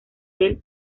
del